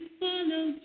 follow